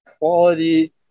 quality